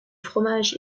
fromage